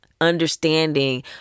understanding